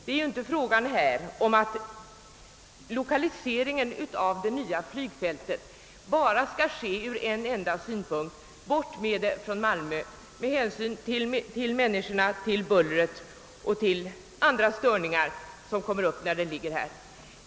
Det är ju här inte fråga om att lokaliseringen av det nya flygfältet skall ske enbart ur en enda synpunkt: bort med det från Malmö med hänsyn till bullret och andra störningar för människorna där.